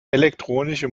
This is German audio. elektronische